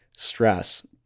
stress